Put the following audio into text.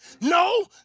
no